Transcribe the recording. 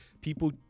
people